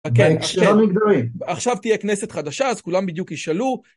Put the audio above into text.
בהקשר המגדרי. עכשיו תהיה כנסת חדשה אז כולם בדיוק ישאלו